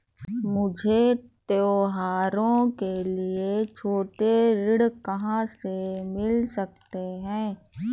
मुझे त्योहारों के लिए छोटे ऋण कहाँ से मिल सकते हैं?